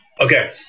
Okay